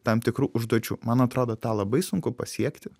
tam tikrų užduočių man atrodo tą labai sunku pasiekti